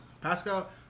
Pascal